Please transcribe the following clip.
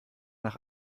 nach